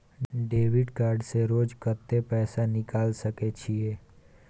Debit card से रोज कत्ते पैसा निकाल सके छिये?